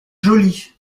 joli